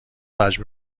مجبور